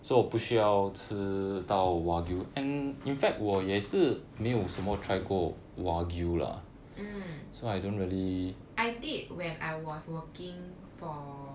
mm I did when I was working for